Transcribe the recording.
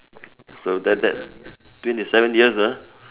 so that that twenty seven years ah